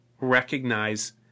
recognize